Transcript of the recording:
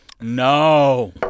No